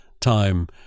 time